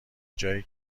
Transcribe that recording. جایی